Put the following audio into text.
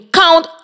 count